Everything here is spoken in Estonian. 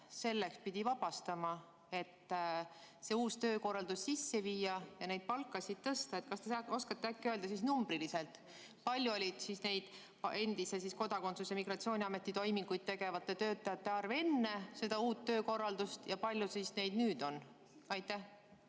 selleks pidi vabastama, et see uus töökorraldus sisse viia ja neid palkasid tõsta? Kas te oskate äkki numbriliselt öelda? Kui suur oli endise kodakondsus‑ ja migratsiooniameti toiminguid tegevate töötajate arv enne seda uut töökorraldust ja kui palju neid nüüd on? Ma